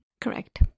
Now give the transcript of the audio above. Correct